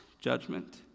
judgment